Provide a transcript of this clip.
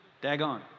Dagon